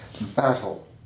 battle